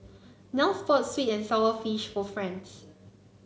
Nels bought sweet and sour fish for Franz